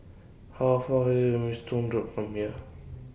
How Far IS Maidstone Road from here